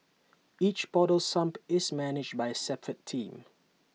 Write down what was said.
each portal sump is managed by A separate team